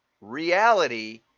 reality